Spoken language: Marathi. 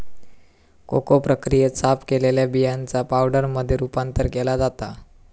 कोको प्रक्रियेत, साफ केलेल्या बियांचा पावडरमध्ये रूपांतर केला जाता